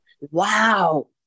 Wow